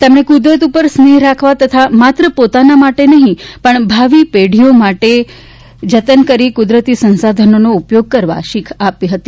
તેમણે કુદરત ઉપર સ્નેહ રાખવા તથા માત્ર પોતાના માટે નહીં પણ ભાવી પેઢીઓ માટે જતન કરીને કુદરતી સંસાધનો ઉપયોગ કરવાની શીખ આપી હતી